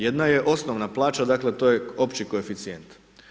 Jedna je, osnovna plaća, dakle, to je opći koeficijent.